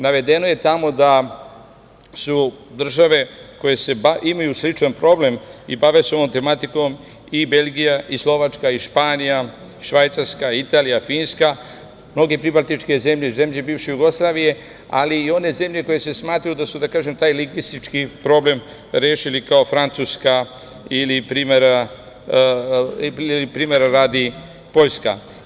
Navedeno je tamo da su države koje imaju sličan problem i bave se ovom tematikom - Belgija, Slovačka, Španija, Švajcarska, Italija, Finska, mnoge pribaltičke zemlje, zemlje bivše Jugoslavije, ali i one zemlje koje se smatraju da su, da kažem, taj lingvistički problem rešili kao Francuska ili primera radi Poljska.